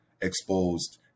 exposed